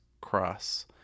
cross